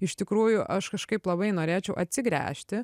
iš tikrųjų aš kažkaip labai norėčiau atsigręžti